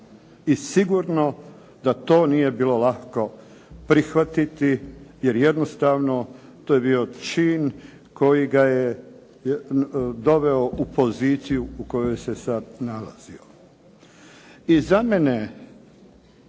I sigurno da to nije bilo lako prihvatiti, jer jednostavno to je bio čin koji ga je doveo u poziciju u kojoj se sad nalazio. I za mene,